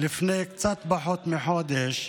לפני קצת פחות מחודש,